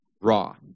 raw